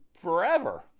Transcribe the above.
forever